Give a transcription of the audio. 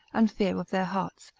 and fear of their hearts,